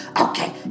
Okay